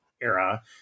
era